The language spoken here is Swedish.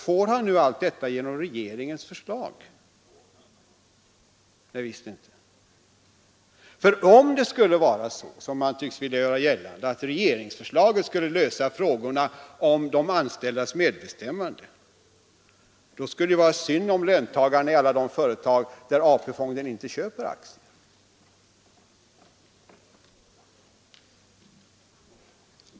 Får han nu allt detta genom regeringens förslag? Visst inte! Om det skulle vara så, som man tycks vilja göra gällande, att regeringsförslaget skulle lösa frågorna om de anställdas medbestämmande, då skulle det vara synd om löntagarna i alla de företag där AP-fonden inte köper aktier.